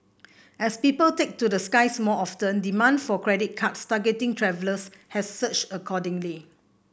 as people take to the skies more often demand for credit cards targeting travellers has surged accordingly